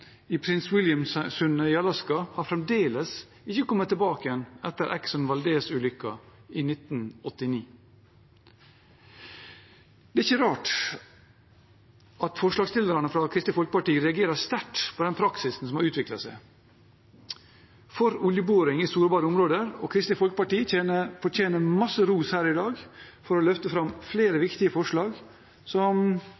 i Prins Williams-sundet i Alaska ennå ikke kommet tilbake igjen etter «Exxon Valdez»-ulykken i 1989. Det er ikke rart at forslagsstillerne fra Kristelig Folkeparti reagerer sterkt på den praksisen som har utviklet seg for oljeboring i sårbare områder, og Kristelig Folkeparti fortjener masse ros her i dag for å løfte fram flere